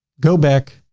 go back.